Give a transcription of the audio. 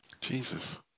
Jesus